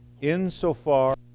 Insofar